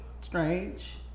strange